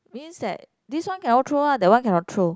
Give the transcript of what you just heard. means that this one cannot throw one or that one cannot throw